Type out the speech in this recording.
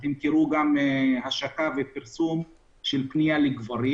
תראו גם השקה ופרסום של פניה לגברים.